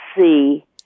see